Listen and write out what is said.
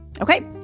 Okay